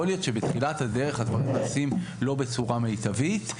יכול להיות שבתחילת הדרך הדברים נעשים לא בצורה מיטבית.